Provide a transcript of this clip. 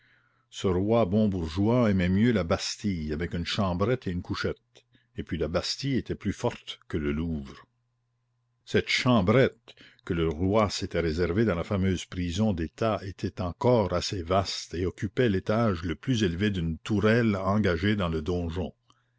ce roi bon bourgeois aimait mieux la bastille avec une chambrette et une couchette et puis la bastille était plus forte que le louvre cette chambrette que le roi s'était réservée dans la fameuse prison d'état était encore assez vaste et occupait l'étage le plus élevé d'une tourelle engagée dans le donjon